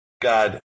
God